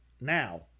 Now